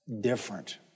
different